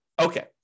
Okay